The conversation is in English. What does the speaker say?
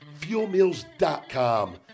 FuelMeals.com